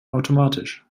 automatisch